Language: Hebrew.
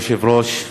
אדוני היושב-ראש,